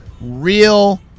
real